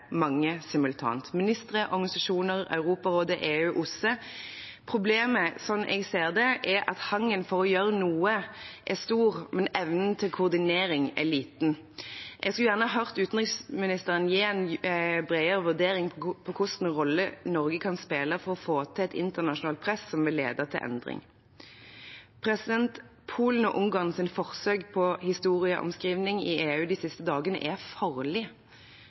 mange simultant: ministre, organisasjoner, Europarådet, EU og OSSE. Problemet, slik jeg ser det, er at hangen til å gjøre noe er stor, men evnen til koordinering er liten. Jeg skulle gjerne hørt utenriksministeren gi en bredere vurdering av hva slags rolle Norge kan spille for å få til et internasjonalt press som vil lede til endring. Polens og Ungarns forsøk på historieomskrivning i EU de siste dagene er farlig.